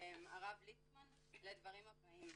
הרב ליצמן לדברים הבאים: